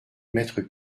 mètres